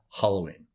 Halloween